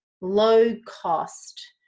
low-cost